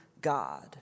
God